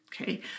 Okay